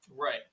Right